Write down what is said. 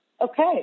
Okay